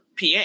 PA